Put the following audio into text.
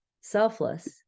selfless